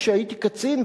כשהייתי קצין,